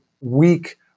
weak